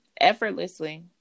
effortlessly